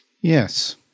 Yes